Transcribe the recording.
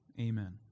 Amen